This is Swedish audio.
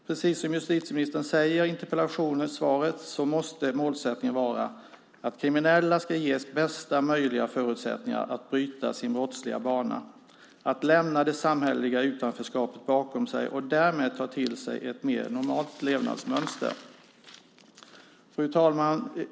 Precis som justitieministern säger i interpellationssvaret måste målsättningen vara att kriminella ska ges bästa möjliga förutsättningar att bryta sin brottsliga bana, att lämna det samhälleliga utanförskapet bakom sig och därmed ta till sig ett mer normalt levnadsmönster. Fru talman!